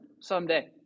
someday